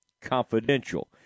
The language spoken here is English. confidential